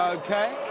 okay?